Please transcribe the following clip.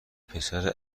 پسر